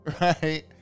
Right